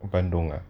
bandung ah